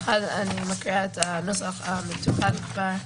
מקריאה את הנוסח המתוקן כבר: